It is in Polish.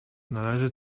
należy